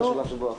שוב,